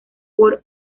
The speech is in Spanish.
por